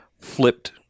flipped